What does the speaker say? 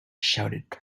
shouted